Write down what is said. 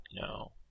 No